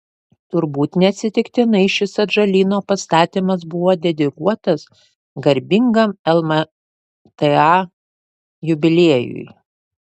turbūt neatsitiktinai šis atžalyno pastatymas buvo dedikuotas garbingam lmta jubiliejui